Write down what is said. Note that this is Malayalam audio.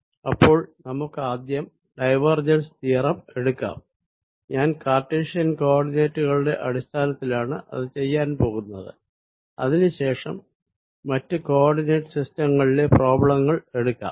അപ്പോൾ നമുക്കാദ്യം ഡൈവേർജെൻസ് തിയറം എടുക്കാം ഞാൻ കാർട്ടീഷ്യൻ കോ ഓർഡിനേറ്റ്കളുടെ അടിസ്ഥാനത്തിലാണ് ഇത് ചെയ്യാൻ പോകുന്നത് അതിനു ശേഷം മറ്റു കോ ഓർഡിനേറ്റ് സിസ്റ്റംങ്ങളിലെ പ്രോബ്ലെങ്ങൾ എടുക്കാം